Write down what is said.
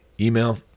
email